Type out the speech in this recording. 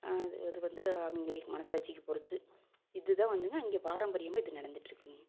அது அது வந்து அவங்களுக்கு மனசாட்சிக்கு பொறுத்து இது தான் வந்துங்க இங்கே பாரம்பரியமாக இது நடந்துட்டுருக்குங்க